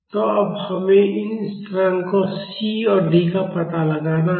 तो अब हमें इन स्थिरांकों C और D का पता लगाना है